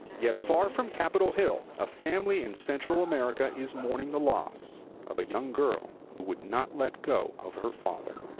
yeah far from capitol hill, a family in central america is mourning the loss of a young girl who would not let go of her father.